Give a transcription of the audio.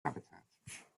habitat